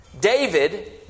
David